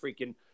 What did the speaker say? freaking